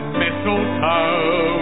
mistletoe